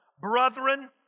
Brethren